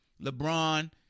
LeBron